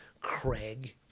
Craig